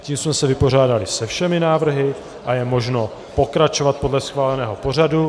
Tím jsme se vypořádali se všemi návrhy a je možno pokračovat podle schváleného pořadu.